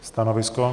Stanovisko?